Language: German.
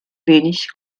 wenig